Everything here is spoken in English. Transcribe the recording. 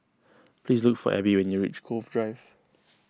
please look for Abby when you reach Cove Drive